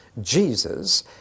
Jesus